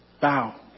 bow